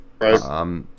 Right